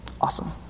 Awesome